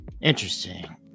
Interesting